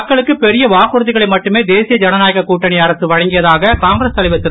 மக்களுக்கு பெரிய வாக்குறுதிகளை மட்டுமே தேசிய ஜனநாயக கூட்டணி அரசு வழங்கியதாக காங்கிரஸ் தலைவர் திரு